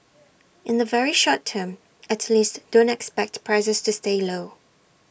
in the very short term at least don't expect prices to stay low